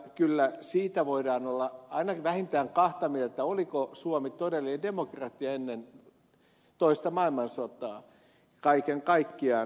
kyllä siitä voidaan olla vähintään kahta mieltä oliko suomi todellinen demokratia ennen toista maailmansotaa kaiken kaikkiaan